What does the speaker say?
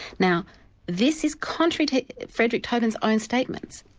now this is contrary to fredrick toben's own statements.